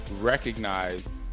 recognize